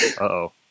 Uh-oh